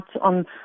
on